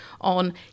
on